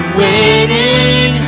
waiting